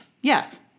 Yes